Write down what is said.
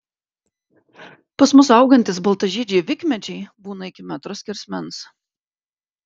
pas mus augantys baltažiedžiai vikmedžiai būna iki metro skersmens